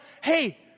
hey